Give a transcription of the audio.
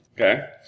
Okay